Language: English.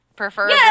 Prefer